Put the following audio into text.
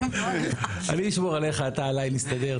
אני אשמור עליך, אתה עליי, נסתדר.